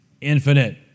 infinite